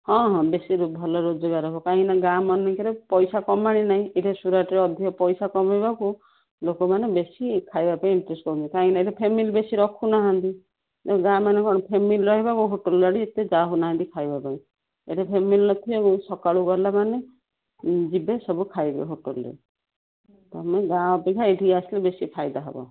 ହଁ ହଁ ବେଶି ଭଲ ରୋଜଗାର ହବ କାହିଁକିନା ଗାଁ ମାନଙ୍କରେ ପଇସା କମାଣି ନାହିଁ ଏଇଠି ସୁରଟରେ ଅଧିକ ପଇସା କମାଇବାକୁ ଲୋକମାନେ ବେଶି ଖାଇବାପାଇଁ ଇଣ୍ଟ୍ରେଷ୍ଟ କରୁଛନ୍ତି କାହିଁକିନା ଏଇଠି ଫ୍ୟାମିଲି ବେଶି ରଖୁନାହାଁନ୍ତି ଗାଁମାନେ କ'ଣ ଫ୍ୟାମିଲି ରହିବ ଓ ହୋଟେଲ ଆଡ଼େ ଏତେ ଯାଉ ନାହାଁନ୍ତି ଖାଇବା ପାଇଁ ଏଇଠି ଫ୍ୟାମିଲି ନଥିବାକୁ ସକାଳୁ ଗଲାମାନେ ଯିବେ ସବୁ ଖାଇବେ ହୋଟେଲରେ ତୁମେ ଗାଁ ଅପେକ୍ଷା ଏଇଠିକି ଆସିଲେ ବେଶି ଫାଇଦା ହବ